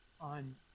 on